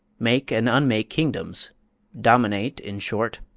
make and unmake kingdoms dominate, in short,